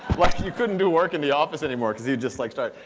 like you couldn't do work in the office anymore, cause he'd just like start.